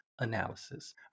analysis